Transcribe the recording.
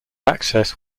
access